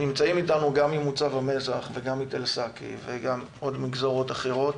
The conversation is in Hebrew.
נמצאים איתנו לוחמים גם ממוצב המזח וגם מתל סאקי ומגזרות אחרות.